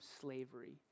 slavery